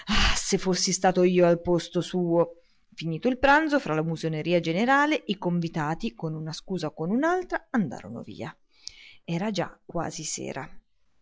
se fossi stato io al posto suo finito il pranzo fra la musoneria generale i convitati con una scusa o con un'altra andarono via era già quasi sera